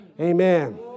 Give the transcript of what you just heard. Amen